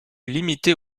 limitée